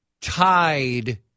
tied